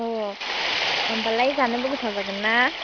होमबालाय जानोबो गोथाव जागोन ना